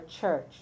church